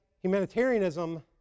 humanitarianism